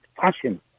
fashion